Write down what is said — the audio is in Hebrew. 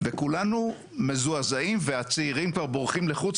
וככולנו מזועזעים והצעירים כבר בורחים לחוץ